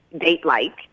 date-like